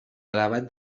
elevat